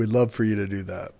we'd love for you to do that